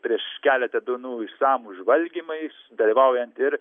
prieš keletą dienų išsamūs žvalgymai dalyvaujant ir